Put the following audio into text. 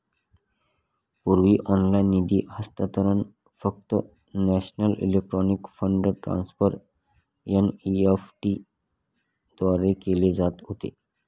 पूर्वी ऑनलाइन निधी हस्तांतरण फक्त national electronic fund transfer NEFT द्वारे केले जात होते